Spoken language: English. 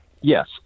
Yes